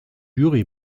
jury